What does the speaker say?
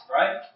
right